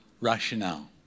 rationale